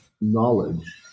knowledge